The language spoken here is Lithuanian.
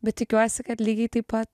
bet tikiuosi kad lygiai taip pat